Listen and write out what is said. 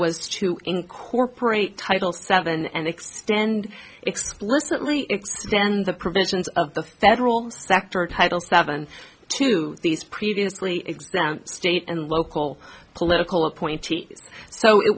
was to incorporate title seven and extend and explicitly extend the provisions of the federal sector title seven to these previously state and local political appointees so it